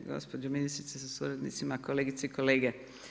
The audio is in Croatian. Gospođo ministrice sa suradnicima, kolegice i kolege.